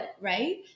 right